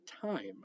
time